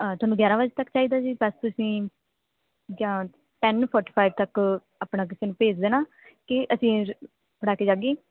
ਆ ਤੁਹਾਨੂੰ ਗਿਆਰਾਂ ਵਜੇ ਤੱਕ ਚਾਹੀਦਾ ਜੀ ਬਸ ਤੁਸੀਂ ਜਾਂ ਟੈਨ ਫੋਟੀ ਫਾਇਵ ਤੱਕ ਆਪਣਾ ਕਿਸੇ ਨੂੰ ਭੇਜ ਦੇਣਾ ਕਿ ਅਸੀਂ ਰ